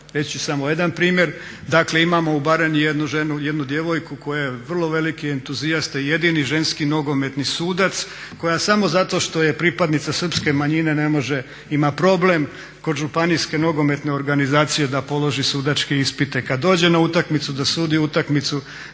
ću samo jedan primjer. Dakle imamo u Baranji jednu ženu, jednu djevojku koja je vrlo veliki entuzijasta i jedini ženski nogometni sudac koja samo zato što je pripadnica srpske manjine ne može, ima problem kod županijske nogometne organizacije da položi sudačke ispite. Kada dođe na utakmicu, da sudu joj utakmicu